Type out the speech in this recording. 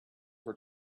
for